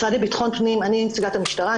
אני נציגת המשטרה,